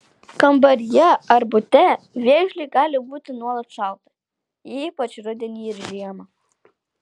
kambaryje ar bute vėžliui gali būti nuolat šalta ypač rudenį ir žiemą